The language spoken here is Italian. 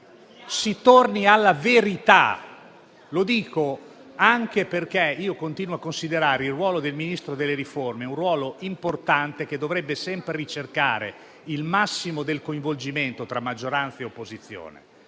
Si torni alla verità. Lo dico anche perché continuo a considerare quello del Ministro delle riforme un ruolo importante che dovrebbe sempre ricercare il massimo del coinvolgimento tra maggioranza e opposizione.